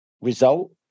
result